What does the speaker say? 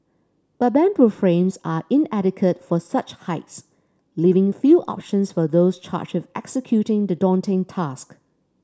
but bamboo frames are inadequate for such heights leaving few options for those charged with executing the daunting task